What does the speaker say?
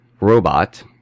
robot